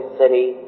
city